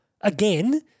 again